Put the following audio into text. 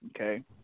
Okay